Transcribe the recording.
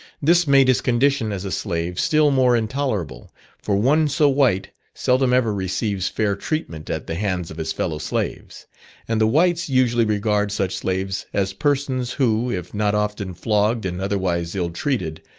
this made his condition as a slave still more intolerable for one so white, seldom ever receives fair treatment at the hands of his fellow slaves and the whites usually regard such slaves as persons, who, if not often flogged and otherwise ill treated,